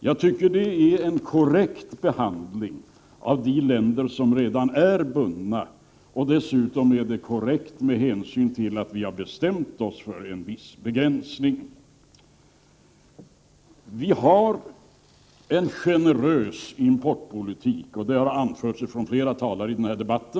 Jag tycker att det är en korrekt behandling av de länder som redan är bundna. Dessutom är det korrekt med hänsyn till att vi har bestämt oss för en viss begränsning. Vi har en generös importpolitik. Det har anförts av flera talare i denna debatt.